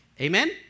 Amen